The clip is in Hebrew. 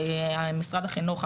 משרד החינוך,